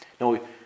No